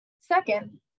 Second